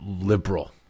liberal